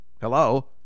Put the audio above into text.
Hello